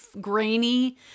grainy